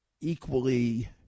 equally